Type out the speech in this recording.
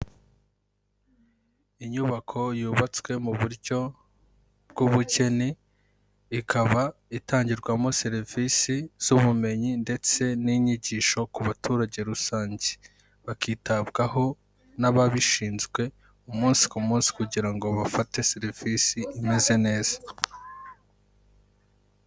Inyubako yubatswe mu buryo bw'ubugeni, ikaba itangirwamo serivisi z'ubumenyi ndetse n'inyigisho ku baturage rusange, bakitabwaho n'ababishinzwe umunsi ku munsi kugira ngo bafate serivisi imeze neza.